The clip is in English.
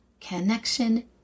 connection